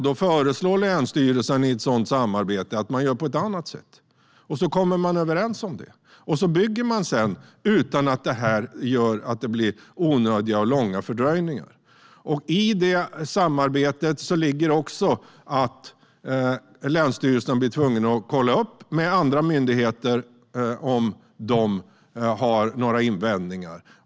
Då föreslår länsstyrelsen i ett sådant samarbete att man gör på ett annat sätt, och så kommer man överens om det. Sedan bygger man utan att detta leder till onödiga och långa fördröjningar. I samarbetet ligger också att länsstyrelserna blir tvungna att kolla upp med andra myndigheter om de har några invändningar.